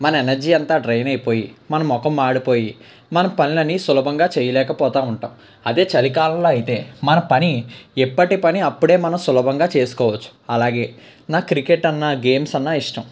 మన ఎనర్జీ అంతా డ్రైన్ అయిపోయి మన ముఖం మాడిపోయి మన పనులన్నీ సులభంగా చేయలేక పోతా ఉంటాం అదే చలికాలంలో అయితే మన పని ఎప్పటి పని అప్పుడే మన సులభంగా చేసుకోవచ్చు అలాగే నాకు క్రికెట్ అన్న గేమ్స్ అన్న ఇష్టం